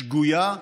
שגויה,